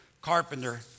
carpenter